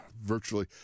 Virtually